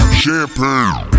champagne